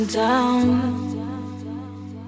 down